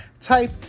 type